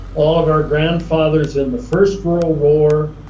all of our grandfathers in the first world war.